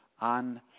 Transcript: on